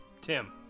Tim